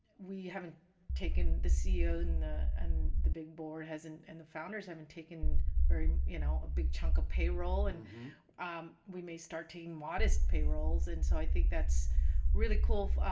we haven't taken the ceo, and the and the big board hasn't and the founders haven't taken very, you know, a big chunk of payroll, and we may start seeing modest payrolls. and so i think that's really cool.